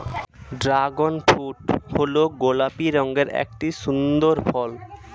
dragon fruit হল গোলাপি রঙের একটি সুন্দর ফল